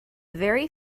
very